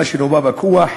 מה שלא בא בכוח,